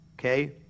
Okay